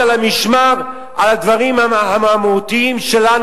על כמה דונמים כל אחד חולש.